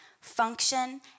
function